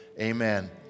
Amen